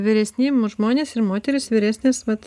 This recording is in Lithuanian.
vyresni žmonės ir moterys vyresnės vat